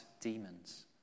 demons